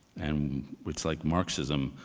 and it's like marxism,